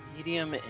Medium